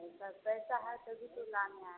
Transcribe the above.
sir पैसा है तभी तो लेने आए